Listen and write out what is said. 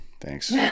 Thanks